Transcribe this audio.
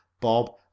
Bob